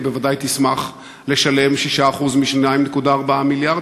היא בוודאי תשמח לשלם 6% מ-2.4 מיליארד,